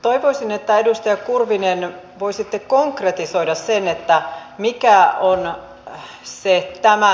toivoisin että edustaja kurvinen voisitte konkretisoida sen mikä on se ei tämä